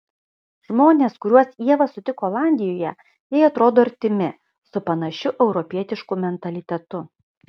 žmonės kuriuos ieva sutiko olandijoje jai atrodo artimi su panašiu europietišku mentalitetu